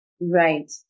Right